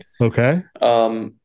Okay